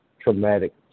traumatic